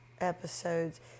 episodes